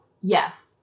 Yes